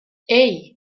hey